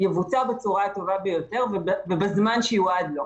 יבוצע בצורה הטובה ביותר ובזמן שיועד לו.